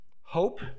Hope